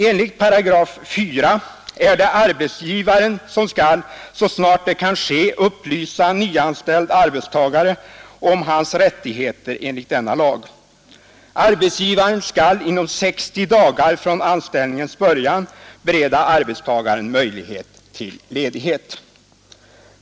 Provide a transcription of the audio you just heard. Enligt 4 § är det arbetsgivaren som skall, så snart det kan ske, upplysa nyanställd arbetstagare om hans rättigheter enligt denna lag. Arbetsgivaren skall inom 60 dagar från anställningens början bereda arbetstagaren möjlighet till ledighet.